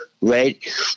right